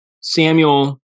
Samuel